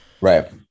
Right